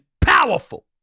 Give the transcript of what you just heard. powerful